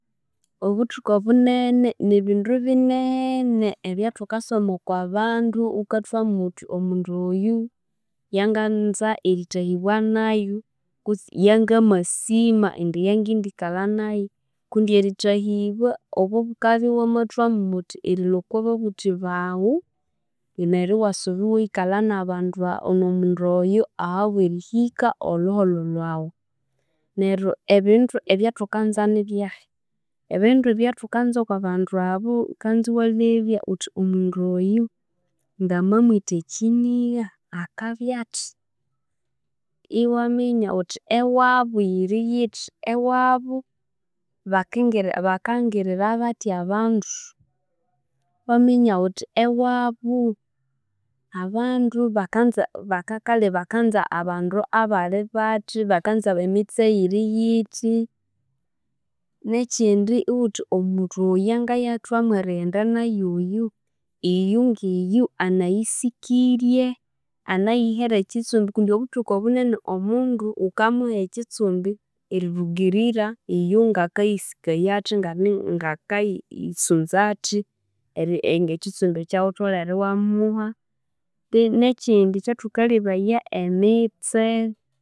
Obuthuku obunene nibindu bineeene ebyathukasoma okw'abandu wukathwamu wuthi omundu oyu yanganza erithahibwa nayo kutse yangamasima indi yangendikalha nayu kundi erithahibwa obo wukabya iwamathwamo wuthi erilhwa oko babuthi bawu, neryo iwasuba iwayikalha n'abandu n'omundu oyo ahabw'erihika olhuholho lhwawu. Neryo ebindu ebyathukanza nibyahi? Ebindu ebyathukanza oko bandu abu, wukanza iwalhebya wuthi omundu oyu ngamamwitha ekinigha akabya athi? Iwaminya wuthi ewabu yiri yithi? Ewabu bakingiri bakangirira bathi abandu? Iwaminya wuthi ewabu abandu bakanza baka kale bakanza abandu abali bathi? Bakanza emitse eyiri yithi? N'ekindi wuthi omundu oyu eyangayathwamo erighenda nayu oyu iyo ng'iyo anayisikirye? Anayihere ekitsumbi? Kundi obuthuku obunene omundu wukamuha ekitsumbi erirugirira iyo ngakayisikaya athi ngani ngakayisunza athi eri ng'ekitsumbi eky'awutholhere iwamuha tu n'ekindi ekyathukalhebaya emitse.